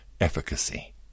efficacy